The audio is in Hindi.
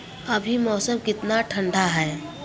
अभी मौसम कितना ठंडा है